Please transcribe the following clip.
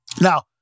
now